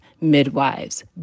midwives